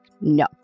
no